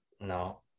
no